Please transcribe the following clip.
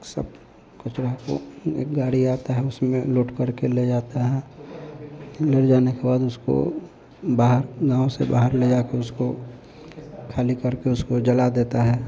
सब कचरा को फिर एक गाड़ी आता है उसमें लोड करके ले जाते हैं फिर ले जाने के बाद उसको बाहर गाँव से बाहर ले जाकर उसको ख़ाली करके उसको जला देते हैं